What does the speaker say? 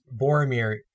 Boromir